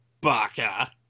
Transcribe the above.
Baka